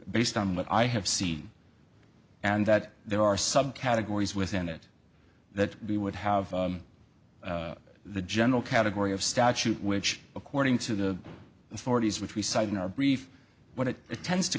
based on what i have seen and that there are some categories within it that we would have the general category of statute which according to the authorities which we cite in our brief what it tends to